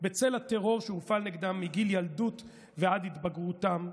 בצל הטרור שהופעל נגדם מגיל ילדות ועד התבגרותם,